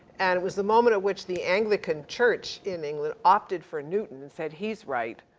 and it was the moment at which the anglican church in england opted for newton and said he's right,